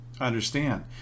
understand